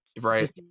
right